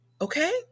Okay